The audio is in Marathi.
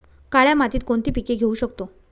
काळ्या मातीत कोणती पिके घेऊ शकतो?